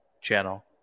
channel